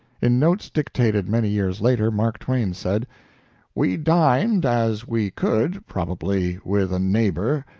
in notes dictated many years later, mark twain said we dined as we could, probably with a neighbor,